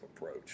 approach